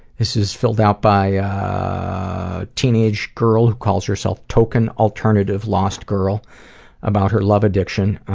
this is filled out by teenage girl who calls herself token alternative lost girl about her love addiction.